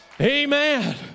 Amen